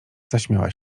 zaśmiała